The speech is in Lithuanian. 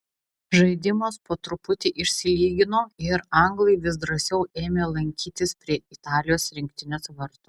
žaidimas po truputį išsilygino ir anglai vis drąsiau ėmė lankytis prie italijos rinktinės vartų